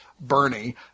Bernie